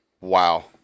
Wow